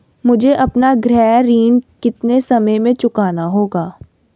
मुझे अपना गृह ऋण कितने समय में चुकाना होगा?